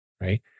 right